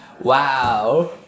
Wow